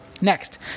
next